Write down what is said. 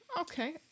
Okay